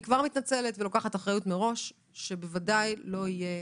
אני כבר מתנצלת ולוקחת אחריות מראש שבוודאי לא יהיה